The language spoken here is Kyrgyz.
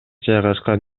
жайгашкан